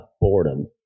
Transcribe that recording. boredom